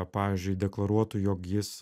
pavyzdžiui deklaruotų jog jis